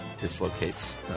dislocates